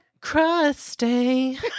crusty